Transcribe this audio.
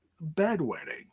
bedwetting